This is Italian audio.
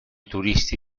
turisti